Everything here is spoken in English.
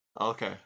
Okay